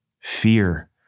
fear